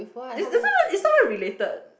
this this one is not even related